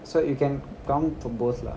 so you can come for both lah